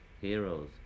heroes